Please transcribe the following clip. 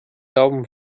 daumen